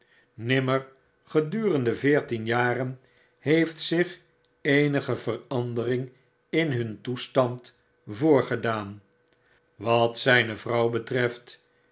nimmer gedurende veertien jaren heeft zich eenige verandering in hum toestand voorgedaan wat zyne vrouw betreft